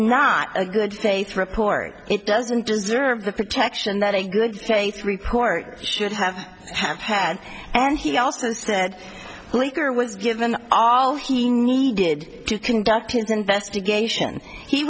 not a good faith report it doesn't deserve the protection that a good faith report should have have had and he also said leaker was given all he needed to conduct an investigation he